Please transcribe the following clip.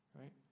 right